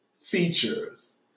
features